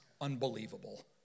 unbelievable